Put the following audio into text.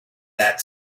that